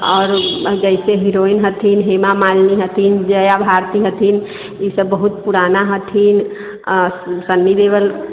आओर जैसे हेरोइन हथिन हेमा मालिनी हथिन जया भारती हथिन ईसभ बहुत पुराना हथिन सन्नी देओल